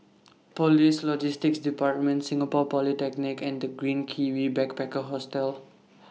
Police Logistics department Singapore Polytechnic and The Green Kiwi Backpacker Hostel